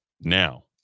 now